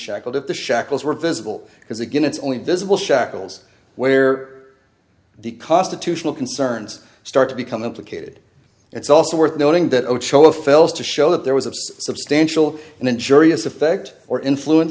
at the shackles were visible because again it's only visible shackles where the constitutional concerns start to become implicated it's also worth noting that ochoa fails to show that there was a substantial and injurious effect or influence